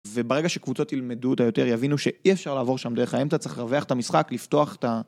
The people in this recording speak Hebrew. וברגע שקבוצות ילמדו אותה יותר יבינו שאי אפשר לעבור שם דרך האמצע, צריך לרווח את המשחק, לפתוח את ה...